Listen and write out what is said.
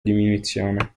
diminuzione